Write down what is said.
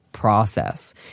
process